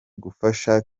gufasha